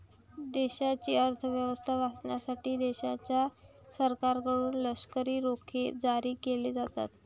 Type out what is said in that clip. देशाची अर्थ व्यवस्था वाचवण्यासाठी देशाच्या सरकारकडून लष्करी रोखे जारी केले जातात